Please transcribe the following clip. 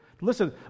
listen